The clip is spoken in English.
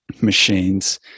machines